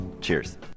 Cheers